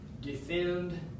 defend